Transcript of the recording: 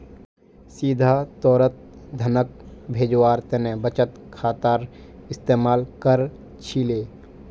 सीधा तौरत धनक भेजवार तने बचत खातार इस्तेमाल कर छिले